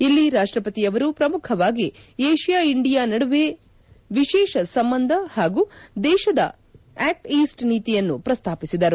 ಇಲ್ಲಿ ರಾಷ್ಪಪತಿಯವರು ಪ್ರಮುಖವಾಗಿ ಏಷ್ಯಾ ಇಂಡಿಯಾ ನಡುವೆವಿಶೇಷ ಸಂಬಂಧ ಹಾಗೂ ದೇತದ ಆಕ್ಟ್ ಈಸ್ಟ್ ನೀತಿಯನ್ನು ಪ್ರಸ್ತಾಪಿಸಿದರು